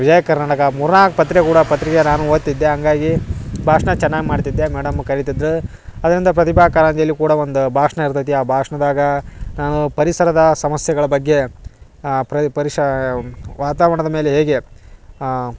ವಿಜಯ ಕರ್ನಾಟಕ ಮೂರ್ನಾಲ್ಕು ಪತ್ರಿಕೆ ಕೂಡ ಪತ್ರಿಕೆ ನಾನು ಓದ್ತಿದ್ದೆ ಹಂಗಾಗಿ ಭಾಷಣ ಚೆನ್ನಾಗ್ ಮಾಡ್ತಿದ್ದೆ ಮೇಡಮ್ ಕರಿತಿದ್ರು ಅದರಿಂದ ಪ್ರತಿಭಾ ಕಾರಂಜಿಯಲ್ಲಿ ಕೂಡ ಒಂದು ಭಾಷಣ ಇರ್ತೈತಿ ಆ ಭಾಷ್ಣದಾಗ ಪರಿಸರದ ಸಮಸ್ಯೆಗಳ ಬಗ್ಗೆ ಪ್ರರಿ ಪರಿಷಾ ವಾತಾವರಣದ ಮೇಲೆ ಹೇಗೆ